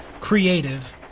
creative